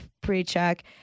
pre-check